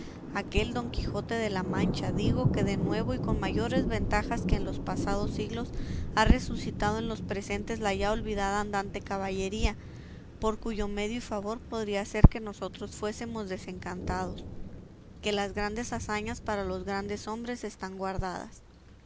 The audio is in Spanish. aquel don quijote de la mancha digo que de nuevo y con mayores ventajas que en los pasados siglos ha resucitado en los presentes la ya olvidada andante caballería por cuyo medio y favor podría ser que nosotros fuésemos desencantados que las grandes hazañas para los grandes hombres están guardadas